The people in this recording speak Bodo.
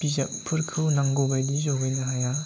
बिजाबफोरखौ नांगौबायदि जहैनो हाया